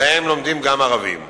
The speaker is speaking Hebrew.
שבהם לומדים גם ערבים.